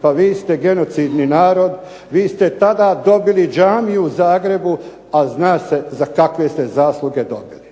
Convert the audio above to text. pa vi ste genocidni narod, vi ste tada dobili džamiju u Zagrebu a zna se za kakve ste zasluge dobili.